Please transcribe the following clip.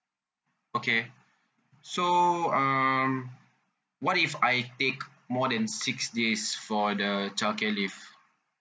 okay so um what if I take more than six days for the child care leave